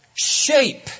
shape